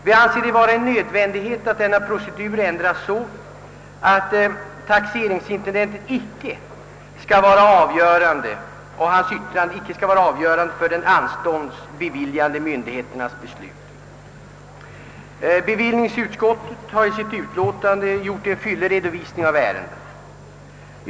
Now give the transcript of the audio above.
Vi anser det vara en nödvändighet att denna procedur ändras så, att taxeringsintendentens yttrande icke skall vara avgörande för de anståndsbeviljande myndigheternas beslut. Bevillningsutskottet har i sitt betänkande utförligt redogjort för ärendet.